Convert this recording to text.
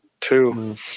two